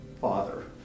father